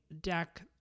deck